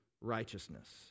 righteousness